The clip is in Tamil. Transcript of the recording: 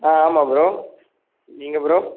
ஆ ஆமாம் ப்ரோ நீங்கள் ப்ரோ